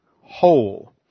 whole